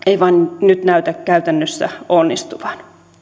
ei vain nyt näytä käytännössä onnistuvan